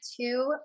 two